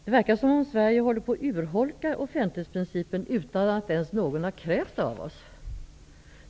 Det verkar som om Sverige håller på att urholka offentlighetsprincipen utan att ens någon krävt det av oss.